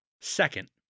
Second